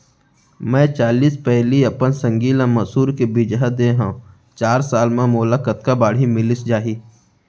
मैं चालीस पैली अपन संगी ल मसूर के बीजहा दे हव चार साल म मोला कतका बाड़ही मिलिस जाही?